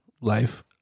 life